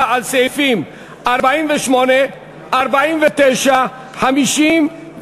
58 מתנגדים, 39 בעד.